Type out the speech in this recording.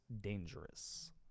dangerous